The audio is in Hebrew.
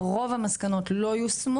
רוב המסקנות לא יושמו